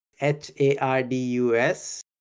H-A-R-D-U-S